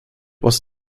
was